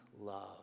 love